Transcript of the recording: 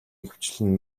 ихэвчлэн